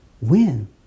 win